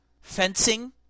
fencing